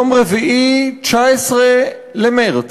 יום רביעי, 19 במרס,